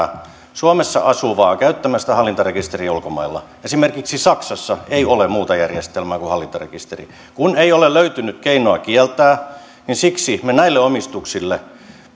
suomessa asuvaa käyttämästä hallintarekisteriä ulkomailla esimerkiksi saksassa ei ole muuta järjestelmää kuin hallintarekisteri kun ei ole löytynyt keinoa kieltää niin siksi me näille omistuksille